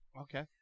Okay